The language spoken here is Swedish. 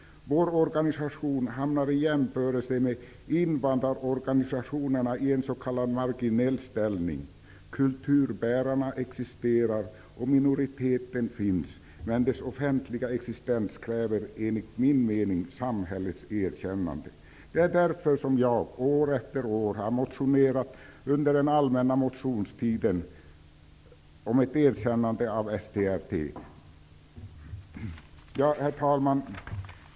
Vår organisation intar även i jämförelse med invandrarorganisationerna en s.k. marginell ställning. Kulturbärarna existerar och minoriteten finns, men dess offentliga existens kräver enligt min mening samhällets erkännande. Det är därför som jag under den allmänna motionstiden år efter år har motionerat om ett erkännande av STR-T.